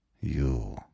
You